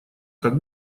как